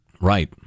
Right